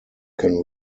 can